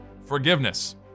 Forgiveness